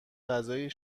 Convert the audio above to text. غذایی